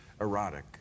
Erotic